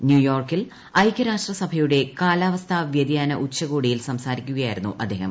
ന്യൂയോർക്കിൽ ഐക്യരാഷ്ട്രസഭയുടെ കാലാവസ്ഥാ വ്യതിയാന ഉച്ചകോടിയിൽ സംസാരിക്കുകയായിരുന്നു അദ്ദേഹം